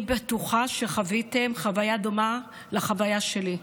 אני בטוחה שחוויתם חוויה דומה לחוויה שלי.